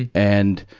and,